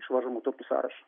išvaržomo turto sąrašą